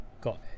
got